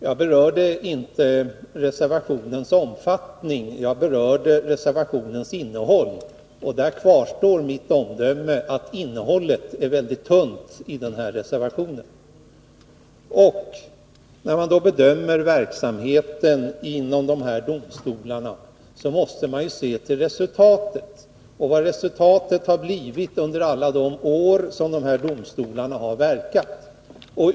Herr talman! Jag berörde inte reservationens omfattning, jag berörde reservationens innehåll, och där kvarstår mitt omdöme att innehållet i reservationen är väldigt tunt. När man bedömer verksamheten inom de här domstolarna måste man se till det uppnådda resultatet under alla de år som domstolarna har verkat.